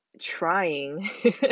trying